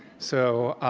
so